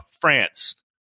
France